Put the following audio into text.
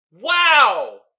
Wow